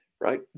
right